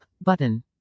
button